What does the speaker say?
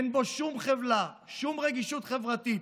אין בו שום חמלה, שום רגישות חברתית,